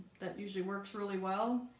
that usually works really well